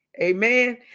amen